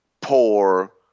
poor